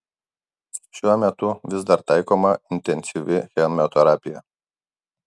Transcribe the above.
šiuo metu vis dar taikoma intensyvi chemoterapija